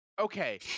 Okay